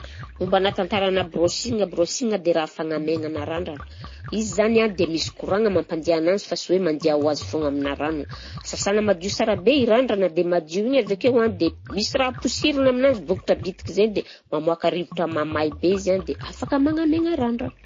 Mombanà tantaranà brushing, brushing dia raha fagnamaignana randrana, izy zany a dia misy koragna mampandeha ananzy fa sy hoe mandeha ho azy foagna aminà rano, sasana madio sara be i randrana dia madio igny avy akeo a dia misy raha posirina aminazy bokotra bitika zay dia mamoaka rivotra mahamay be izy a dia afaka magnamaigna randrana.